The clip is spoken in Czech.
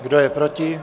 Kdo je proti?